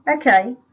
Okay